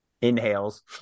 inhales